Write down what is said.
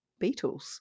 Beatles